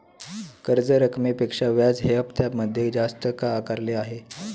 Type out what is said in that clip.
कर्ज रकमेपेक्षा व्याज हे हप्त्यामध्ये जास्त का आकारले आहे?